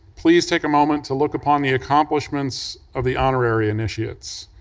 please take a moment to look upon the accomplishments of the honorary initiates.